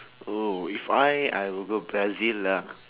oh if I I will go brazil lah